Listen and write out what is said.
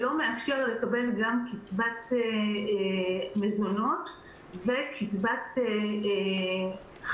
שלא מאפשר לקבל גם קצבת מזונות וקצבת חל"ת,